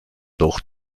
doch